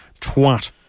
TWAT